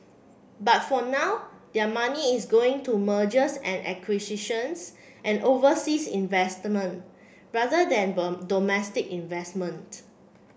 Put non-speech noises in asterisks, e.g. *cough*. but for now their money is going to mergers and acquisitions and overseas investment rather than *unintelligible* domestic investment